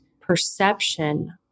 perception